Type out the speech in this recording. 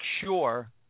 sure